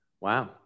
Wow